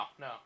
no